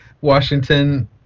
Washington